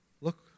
look